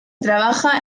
trabaja